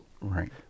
Right